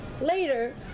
Later